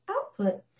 output